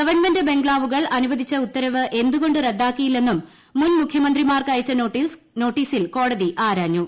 government ബംഗ്ലാവുകൾ അനുവദിച്ച ഉത്തരവ് എന്തുകൊണ്ട് റദ്ദാക്കിയില്ലെന്നും മുൻ മുഖ്യമന്ത്രിമാർക്ക് അയച്ച നോട്ടീസിൽ കോടതി ആരാഞ്ഞു